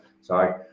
Sorry